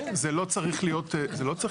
זה לא צריך להיות שנתיים.